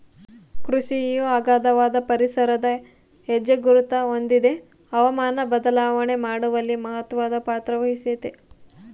ಕೃಷಿಯು ಅಗಾಧವಾದ ಪರಿಸರದ ಹೆಜ್ಜೆಗುರುತ ಹೊಂದಿದೆ ಹವಾಮಾನ ಬದಲಾವಣೆ ಮಾಡುವಲ್ಲಿ ಮಹತ್ವದ ಪಾತ್ರವಹಿಸೆತೆ